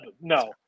no